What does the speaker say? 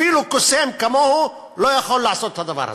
אפילו קוסם כמוהו לא יכול לעשות את הדבר הזה.